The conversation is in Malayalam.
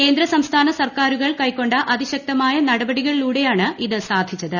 കേന്ദ്ര സംസ്ഥാന സർക്കാരുകൾ കൈക്കൊണ്ട അതിശക്തമായ നടപടികളിലൂടെയാണ് ഇത് സാധിച്ചത്